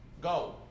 Go